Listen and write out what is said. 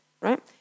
right